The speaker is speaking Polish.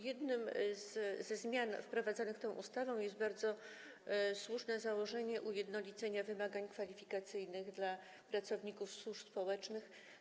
Jedna ze zmian wprowadzanych tą ustawą związana jest z bardzo słusznym założeniem ujednolicenia wymagań kwalifikacyjnych dla pracowników służb społecznych.